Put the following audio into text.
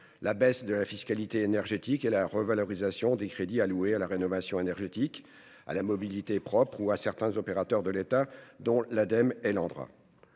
la baisse de la fiscalité énergétique et la revalorisation des crédits alloués à la rénovation énergétique, à la mobilité propre ou à certains opérateurs de l'État, dont l'Ademe et l'Agence